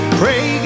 pray